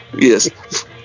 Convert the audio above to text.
yes